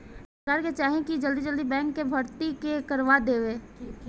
सरकार के चाही की जल्दी जल्दी बैंक कअ भर्ती के करवा देवे